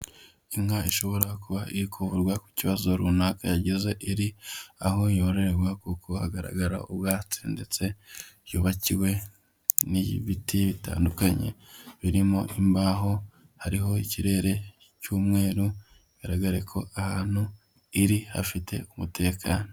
Inka ishobora kuba iri kuvurwa ku kibazo runaka yagize, iri aho yororerwa, kuko hagaragara ubwatsi ndetse yubakiwe n'ibiti bitandukanye birimo imbaho, hariho ikirere cy'umweru bigaragare ko ahantu iri hafite umutekano.